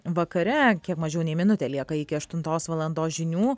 vakare kiek mažiau nei minutė lieka iki aštuntos valandos žinių